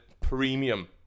premium